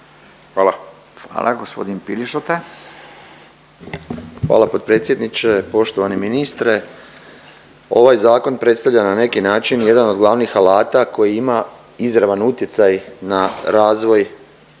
**Piližota, Boris (SDP)** Hvala potpredsjedniče. Poštovani ministre, ovaj zakon predstavlja na neki način jedan od glavnih alata koji ima izravan utjecaj na razvoj,